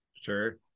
Sure